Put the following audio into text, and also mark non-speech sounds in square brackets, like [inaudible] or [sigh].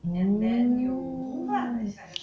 mm [noise]